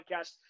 Podcast